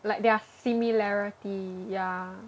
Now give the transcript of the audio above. like their similarity ya